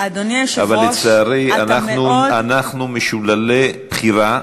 אבל לצערי אנחנו משוללי בחירה,